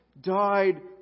died